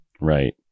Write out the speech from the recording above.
Right